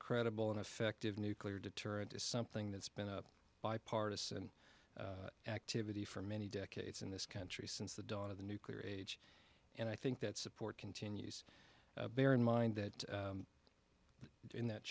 credible and effective nuclear deterrent is something that's been a bipartisan activity for many decades in this country since the dawn of the nuclear age and i think that support continues bear in mind that in that